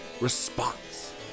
response